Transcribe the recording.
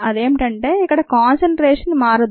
అదేంటంటే ఇక్కడ కాన్సన్ట్రేషన్ మారదు